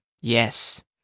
Yes